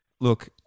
look